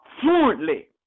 fluently